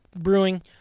Brewing